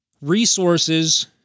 resources